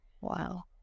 Wow